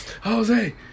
Jose